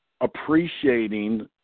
appreciating